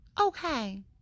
okay